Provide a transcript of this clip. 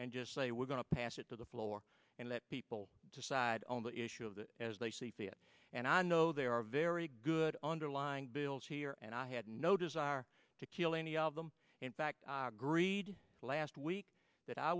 and just say we're going to pass it to the floor and let people decide on the issue of that as they see fit and i know there are very good underlying bills here and i had no desire to kill any of them in fact i agreed last week that i